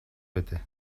بده